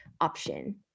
option